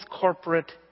corporate